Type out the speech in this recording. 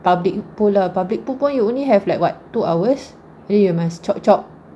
public pool lah public pool pun you only have like what two hours and then you must cop cop